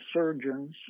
surgeons